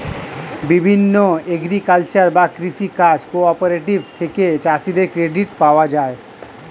বিভিন্ন এগ্রিকালচারাল বা কৃষি কাজ কোঅপারেটিভ থেকে চাষীদের ক্রেডিট পাওয়া যায়